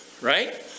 right